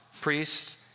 priests